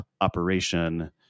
operation